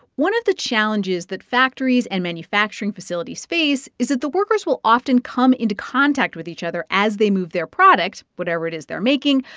one of the challenges that factories and manufacturing facilities face is that the workers will often come into contact with each other as they move their product, whatever it is they're making,